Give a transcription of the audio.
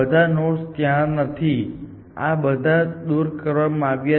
કારણ કે તે બેસ્ટ ફર્સ્ટ છે તે હંમેશાં શ્રેષ્ઠ દેખાતા માર્ગ પર નીચે જાય છે